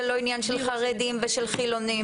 זה לא עניין של חרדים ושל חילונים,